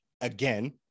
again